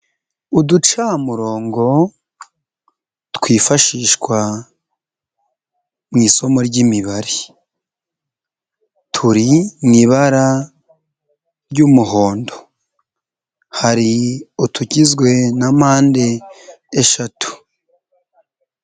Uducamurongo twifashishwa mu isomo ry'Imibare turi mu ibara ry'umuhondo, hari utugizwe na mpande eshatu.